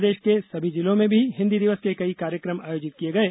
प्रदेश के सभी जिलों में भी हिन्दी दिवस के कई कार्यक्रम आयोजित किये गये